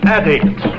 Addict